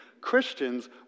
Christians